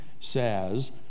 says